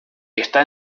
està